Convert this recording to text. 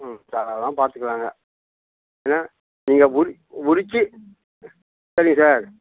ம் தாராளமாக பாத்துக்கலாங்க நீங்கள் உரி உரிச்சு சரிங்க சார்